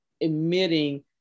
emitting